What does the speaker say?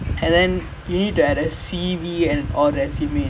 ya